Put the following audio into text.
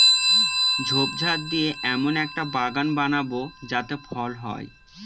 ঝোপঝাড় দিয়ে এমন একটা বাগান বানাবো যাতে ফল হয়